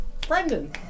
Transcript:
Brendan